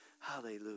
hallelujah